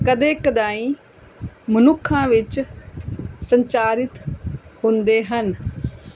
ਕਦੇ ਕਦਾਈਂ ਮਨੁੱਖਾਂ ਵਿੱਚ ਸੰਚਾਰਿਤ ਹੁੰਦੇ ਹਨ